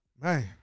Man